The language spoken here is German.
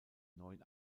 neuen